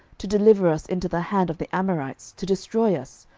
to deliver us into the hand of the amorites, to destroy us?